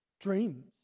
dreams